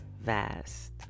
vast